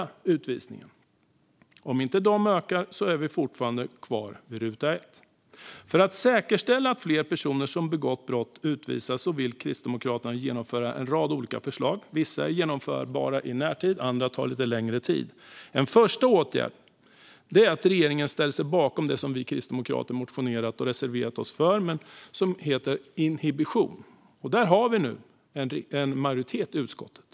Om utvisningarna inte ökar är vi fortfarande kvar på ruta ett. För att säkerställa att fler personer som begått brott utvisas vill Kristdemokraterna genomföra en rad olika förslag. Vissa är genomförbara i närtid, andra tar lite längre tid. En första åtgärd är att riksdagen ställer sig bakom det vi kristdemokrater har föreslagit och reserverat oss till förmån för och som heter inhibition. Det finns nu en majoritet för detta i utskottet.